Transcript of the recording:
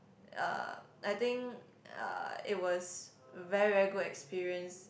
uh I think uh it was very very good experience